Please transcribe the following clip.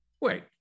Wait